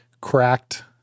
cracked